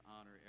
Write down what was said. honor